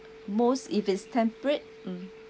most if it's temperate mm